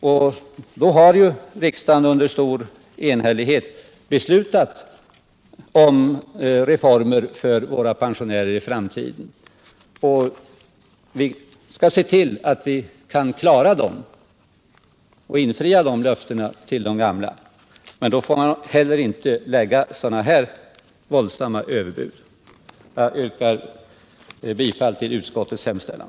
Riksdagen har ju också i stor enighet beslutat om reformer för våra framtida pensionärer, och vi skall se till att vi kan infria löftena. Men då får man inte lägga fram sådana våldsamma överbud som det här är fråga om. Jag yrkar bifall till utskottets hemställan.